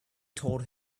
told